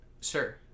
sir